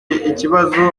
ikibazo